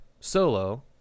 solo